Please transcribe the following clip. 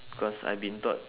because I've been taught